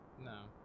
No